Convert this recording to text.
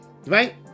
Right